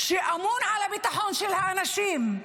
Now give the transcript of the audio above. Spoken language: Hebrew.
שאמון על הביטחון של האנשים,